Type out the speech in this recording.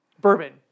bourbon